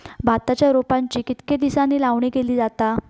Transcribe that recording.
भाताच्या रोपांची कितके दिसांनी लावणी केली जाता?